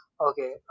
okay